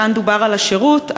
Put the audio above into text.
כאן דובר על השירות,